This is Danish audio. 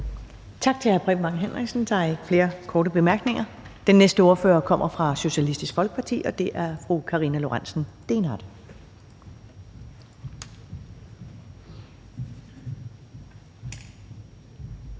Tak til hr. Preben Bang Henriksen. Der er ikke flere korte bemærkninger. Den næste ordfører kommer fra Socialistisk Folkeparti, og det er fru Karina Lorentzen Dehnhardt.